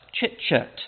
chit-chat